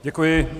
Děkuji.